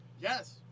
Yes